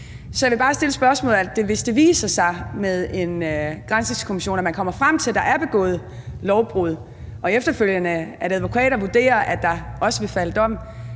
så jeg vil bare stille spørgsmålet: Hvis det viser sig med en granskningskommission, at man kommer frem til, at der er begået lovbrud, og advokater efterfølgende vurderer, at der også vil falde dom,